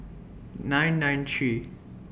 nine nine three